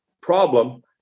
problem